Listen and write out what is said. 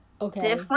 Okay